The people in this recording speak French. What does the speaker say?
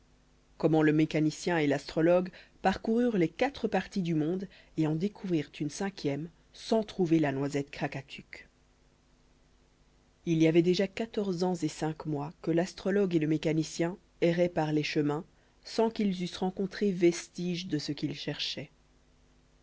comment le mécanicien et l'astrologue parcoururent les quatre parties du monde et en découvrirent une cinquième sans trouver la noisette krakatuk il y avait déjà quatorze ans et cinq mois que l'astrologue et le mécanicien erraient par les chemins sans qu'ils eussent rencontré vestige de ce qu'ils cherchaient